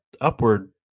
upward